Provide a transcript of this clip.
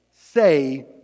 say